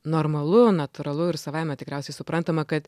normalu natūralu ir savaime tikriausiai suprantama kad